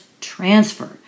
transfer